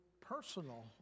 personal